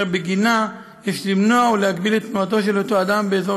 אשר בגינה יש למנוע או להגביל את תנועתו של אותו אדם באזור